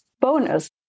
bonus